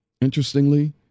Interestingly